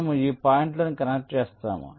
మనము ఈ పాయింట్లను కనెక్ట్ చేస్తాము